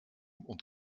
und